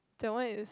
that one is